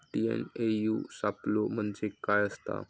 TNAU सापलो म्हणजे काय असतां?